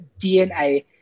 DNA